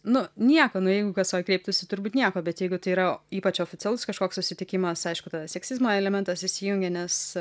nu nieko nu jeigu kasoj kreiptųsi turbūt nieko bet jeigu tai yra ypač oficialus kažkoks susitikimas aišku tada seksizmo elementas įsijungia nes